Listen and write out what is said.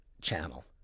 channel